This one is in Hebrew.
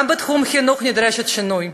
גם בתחום החינוך נדרש שינוי.